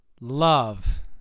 love